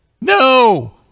No